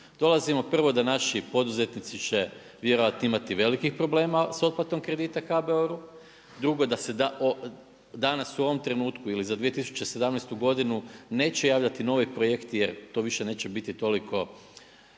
Dolazimo prvo da naši poduzetnici će vjerojatno imati velikih problema s otplatom kredita HBOR-u, drugo, da se danas u ovom trenutku ili za 2017. godinu neće javljati novi projekti jer to više neće biti toliko